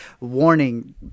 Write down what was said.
Warning